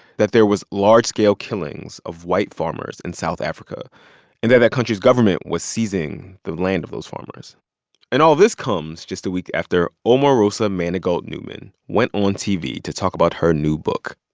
that there was large-scale killings of white farmers in south africa and that that country's government was seizing the land of those farmers and all this comes just a week after omarosa manigault newman went on tv to talk about her new book.